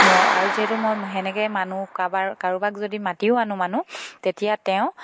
মই আৰু যিহেতু মই সেনেকে মানুহ কাৰোবাৰ কাৰোবাক যদি মাতিও আনো মানুহ তেতিয়া তেওঁ